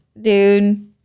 dude